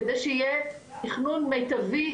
כדי שיהיה תכנון מיטבי,